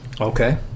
Okay